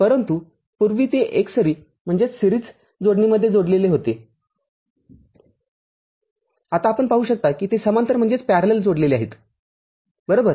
आणि परंतु पूर्वी ते एकसरी जोडणीमध्ये जोडलेले होते आता आपण पाहू शकता की ते समांतर जोडलेले आहेत बरोबर